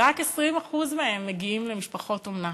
ורק 20% מהם מגיעים למשפחות אומנה.